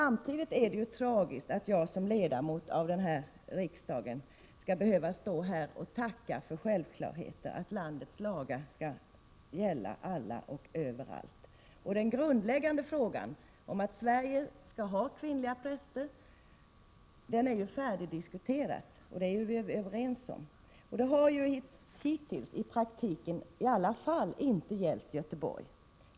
Det är emellertid tragiskt att jag som ledamot av riksdagen skall behöva stå här och tacka för självklarheter: att landets lagar skall gälla alla och överallt. Den grundläggande frågan, om Sverige skall ha kvinnliga präster, är ju färdigdiskuterad. Vi är ju överens på den punkten. Men i praktiken har det i alla fall hittills inte gällt Göteborg.